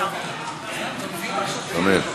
אמן.